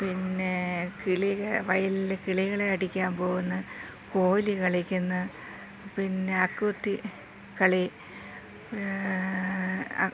പിന്നെ കിളികളെ വയലിൽ കിളികളെ അടിക്കാൻ പോകുന്നു കോലി കളിക്കുന്നു പിന്നെ അക്കുത്തി കളി